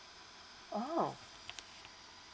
oh